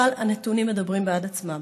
אבל הנתונים מדברים בעד עצמם.